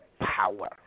power